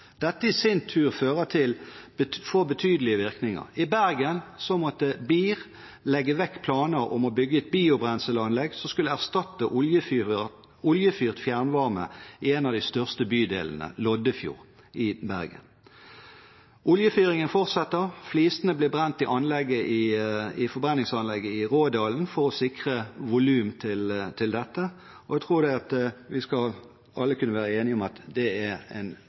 Dette i sin tur får betydelige virkninger. I Bergen måtte BIR legge vekk planer om å bygge et biobrenselanlegg som skulle erstatte oljefyrt fjernvarme i en av de største bydelene, Loddefjord, i Bergen. Oljefyringen fortsetter, flisene blir brent i forbrenningsanlegget i Rådalen for å sikre volum til dette, og jeg tror at vi skal alle kunne være enige om at det er en